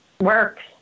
works